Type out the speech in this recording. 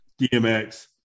Dmx